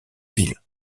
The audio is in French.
ville